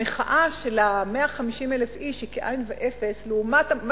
המחאה של ה-150,000 איש היא כאין וכאפס לעומת מה